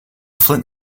flint